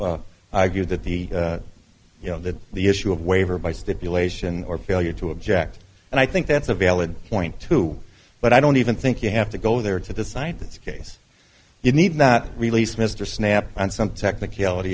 view that the you know the the issue of waiver by stipulation or failure to object and i think that's a valid point too but i don't even think you have to go there to decide this case you need that release mr snap and some technicality